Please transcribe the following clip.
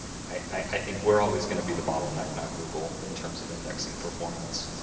i think we're always going to be the bottleneck, not google, in terms of indexing performance.